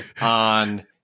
on